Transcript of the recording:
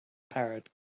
parrot